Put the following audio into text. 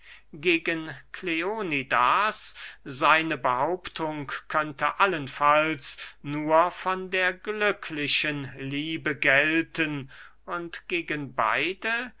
gegen kleonidas seine behauptung könnte allenfalls nur von der glücklichen liebe gelten und gegen beide